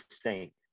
saint